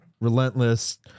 Relentless